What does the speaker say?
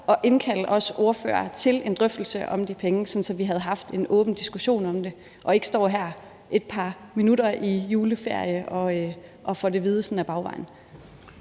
at indkalde os ordførere til en drøftelse om de penge, sådan at vi havde haft en åben diskussion om det og ikke skulle stå her et par minutter i juleferie og få det at vide sådan ad bagvejen.